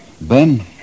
Ben